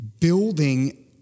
building